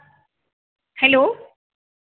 hello